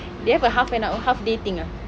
they have a half an hour half day thing ah